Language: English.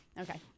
Okay